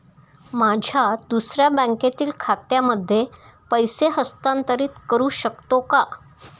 माझ्या दुसऱ्या बँकेतील खात्यामध्ये पैसे हस्तांतरित करू शकतो का?